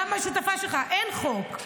גם השותפה שלך, אין חוק.